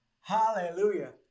Hallelujah